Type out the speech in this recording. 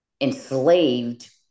enslaved